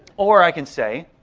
or i can say.